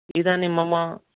इदानीं मम